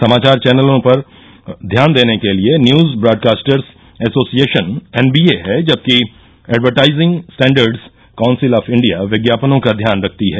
समाचार चैनलों पर ध्यान देने के लिए न्यूज ब्रॉडकास्टर्स एसोसिएशन एनबीए है जबकि advertising standards council of India विज्ञापनों का ध्यान रखती है